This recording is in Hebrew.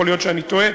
יכול להיות שאני טועה.